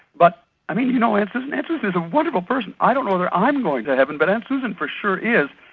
but i mean, you know aunt susan, aunt susan is a wonderful person. i don't know that i'm going to heaven, but aunt susan for sure is,